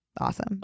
awesome